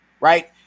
right